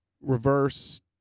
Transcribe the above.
reverse